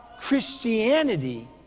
Christianity